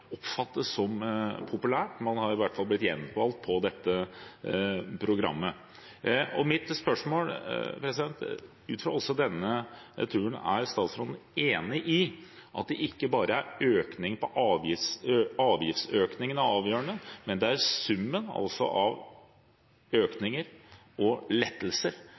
oppfattes som populært. Man har iallfall blitt gjenvalgt på dette programmet. Mitt spørsmål, ut fra også denne turen, er om statsråden er enig i at det ikke er avgiftsøkningene som er avgjørende, men det er summen av økninger og lettelser